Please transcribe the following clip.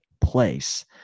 place